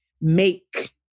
make